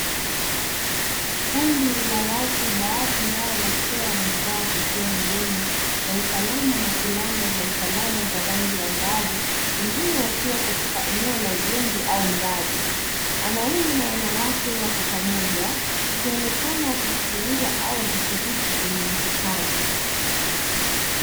Kundi la watu baadhi yao wakiwa wamevaa kofia ngumu, za usalama, na fulana za usalama za rangi ya ngavu pengine wakiwa katika eneo la ujenzi au mradi. Wanaume na wanawake wako pamoja, wakionekana wakisikiliza au wakishiriki kwenye mkutano.